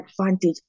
advantage